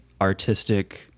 artistic